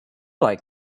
like